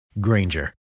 Granger